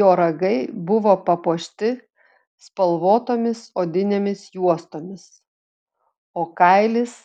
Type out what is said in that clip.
jo ragai buvo papuošti spalvotomis odinėmis juostomis o kailis